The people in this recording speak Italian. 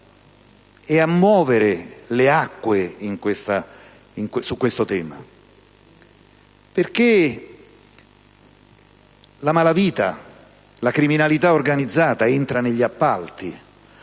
e a muovere le acque su questo tema, perché la malavita e la criminalità organizzata entrano negli appalti,